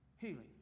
Healing